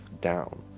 down